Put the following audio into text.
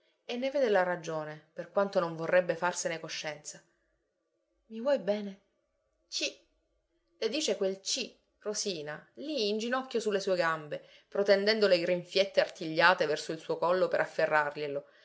e ne vede la ragione per quanto non vorrebbe farsene coscienza mi vuoi bene cì le dice quel ci rosina lì in ginocchio su le sue gambe protendendo le grinfiette artigliate verso il suo collo per